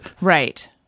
Right